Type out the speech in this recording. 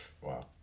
Wow